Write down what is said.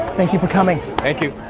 thank you for coming. thank you.